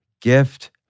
gift